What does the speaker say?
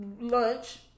lunch